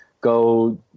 go